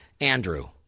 Andrew